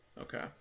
Okay